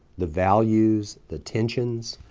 the values, the tensions,